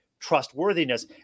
trustworthiness